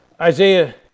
Isaiah